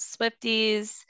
Swifties